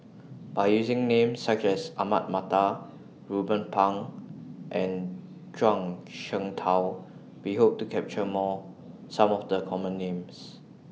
By using Names such as Ahmad Mattar Ruben Pang and Zhuang Shengtao We Hope to capture More Some of The Common Names